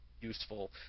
useful